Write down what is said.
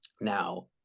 Now